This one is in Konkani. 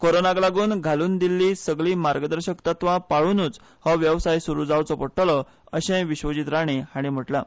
करोनाक लागून घालून दिल्ली सगलीं मार्गदर्शक तत्वां पाळूनच हो वेवसाय सुरू आसचो पडटलो अशेंय विश्वजीत राणे हांणी म्हणलां